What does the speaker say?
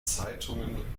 zeitungen